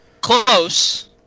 Close